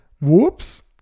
whoops